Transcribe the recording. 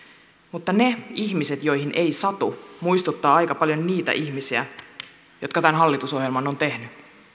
mutta ne ihmiset joihin ei satu muistuttavat aika paljon niitä ihmisiä jotka tämän hallitusohjelman ovat tehneet